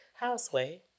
houseway